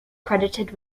credited